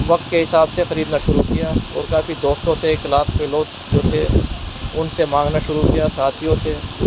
وقت کے حساب سے خریدنا شروع کیا اور کافی دوستوں سے کلاس پلوس جو تھے ان سے مانگنا شروع کیا ساتھیوں سے